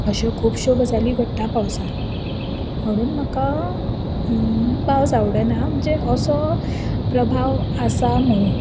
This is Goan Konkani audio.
अश्यो खुबश्यो गजाली घडटा पावसांत म्हणून म्हाका पावस आवडना म्हणचे असो प्रभाव आसा म्हणून